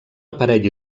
aparell